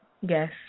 Yes